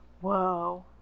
Whoa